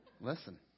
Listen